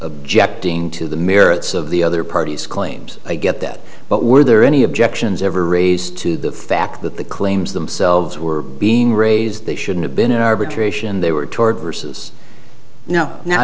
objecting to the merits of the other party's claims i get that but were there any objections ever raised to the fact that the claims themselves were being raised they should have been in arbitration they were toward vs no now